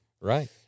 Right